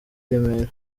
remera